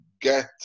get